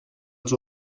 els